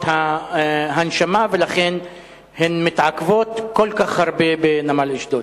הנשמה ולכן הן מתעכבות כל כך הרבה בנמל אשדוד?